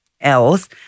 else